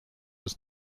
was